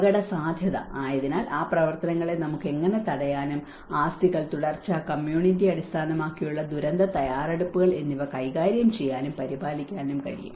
അപകടസാധ്യത അതിനാൽ ആ പ്രവർത്തനങ്ങളെ നമുക്ക് എങ്ങനെ തടയാനും ആസ്തികൾ തുടർച്ച കമ്മ്യൂണിറ്റി അടിസ്ഥാനമാക്കിയുള്ള ദുരന്ത തയ്യാറെടുപ്പുകൾ എന്നിവ കൈകാര്യം ചെയ്യാനും പരിപാലിക്കാനും കഴിയും